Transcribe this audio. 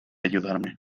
ayudarme